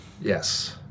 yes